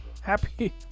Happy